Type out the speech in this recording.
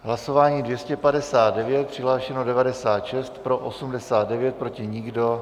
Hlasování 259, přihlášeno 96, pro 89, proti nikdo.